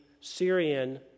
Syrian